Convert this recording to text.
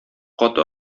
каты